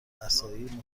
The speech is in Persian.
مساعی